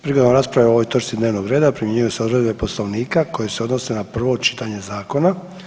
Prilikom rasprave o ovoj točci dnevnog reda primjenjuju se odredbe Poslovnika koje se odnose na prvo čitanje zakona.